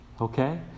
Okay